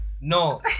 No